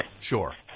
Sure